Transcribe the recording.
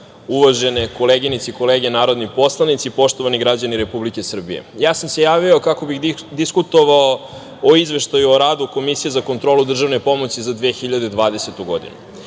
uvažene koleginice i kolege narodni poslanici, poštovani građani Republike Srbije, ja sam se javio kako bih diskutovao o izveštaju o radu Komisije za kontrolu državne pomoći za 2020. godinu. Pre